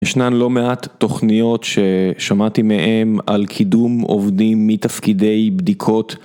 ישנן לא מעט תוכניות ששמעתי מהם על קידום עובדים מתפקידי בדיקות